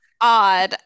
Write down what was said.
odd